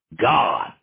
God